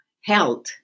health